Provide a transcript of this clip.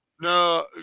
No